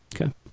Okay